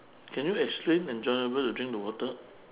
can you explain enjoyable to drink the water